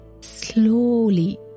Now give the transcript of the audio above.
slowly